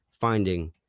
finding